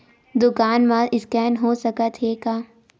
दुकान मा स्कैन हो सकत हे का?